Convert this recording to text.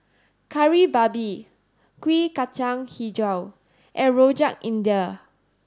Kari Babi Kuih Kacang Hijau and Rojak India